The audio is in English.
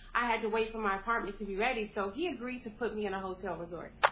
i had to wait for my apartment to be ready. so he agreed to put me in a hotel resort.